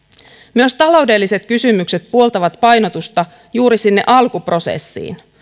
myös taloudelliset kysymykset puoltavat painotusta juuri sinne alkuprosessiin